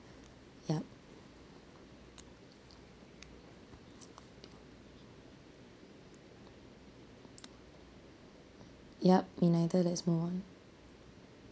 ya ya united has won